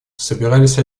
собирались